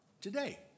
today